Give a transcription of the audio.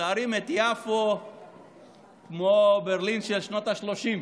מתארים את יפו כמו ברלין של שנות השלושים.